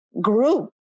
group